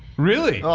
really!